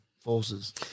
Forces